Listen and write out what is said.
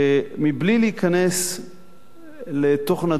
בלי להיכנס לתוכן הדברים,